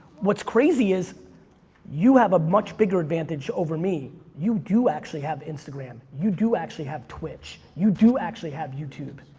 what's crazy is you have a much bigger advantage over me. you do actually have instagram. you do actually have twitch. you do actually have youtube.